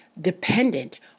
dependent